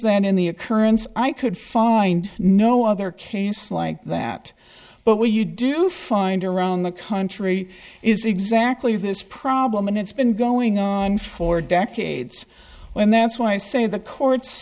that in the occurrence i could find no other cases like that but where you do find around the country is exactly this problem and it's been going on for decades when that's why i say the